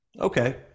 Okay